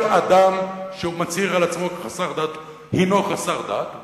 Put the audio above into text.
כל אדם שהוא מצהיר על עצמו חסר דת הינו חסר דת,